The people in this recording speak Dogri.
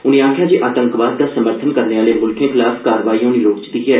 उनें आखेआ जे आतंकवाद दा समर्थन करने आहले मुल्खें खलाफ कार्रवाई होनी लोड़चदी ऐ